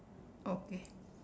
okay